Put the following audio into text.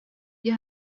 дии